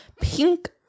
pink